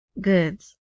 goods